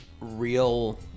real